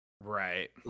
Right